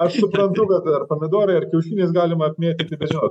aš suprantu kad ar pomidorai ar kiaušiniais galima apmėtyti tai jo